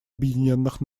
объединенных